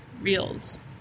reels